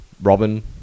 Robin